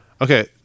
Okay